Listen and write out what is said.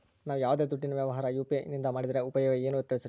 ನಾವು ಯಾವ್ದೇ ದುಡ್ಡಿನ ವ್ಯವಹಾರ ಯು.ಪಿ.ಐ ನಿಂದ ಮಾಡಿದ್ರೆ ಉಪಯೋಗ ಏನು ತಿಳಿಸ್ರಿ?